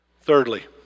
Thirdly